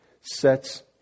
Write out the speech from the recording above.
sets